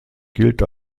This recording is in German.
gilt